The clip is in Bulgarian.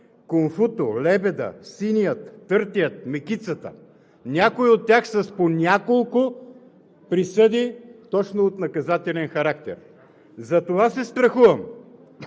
Кунфуто, Лебеда, Синия, Търтея, Мекицата. Някои от тях са с по няколко присъди точно от наказателен характер. Затова се страхувам,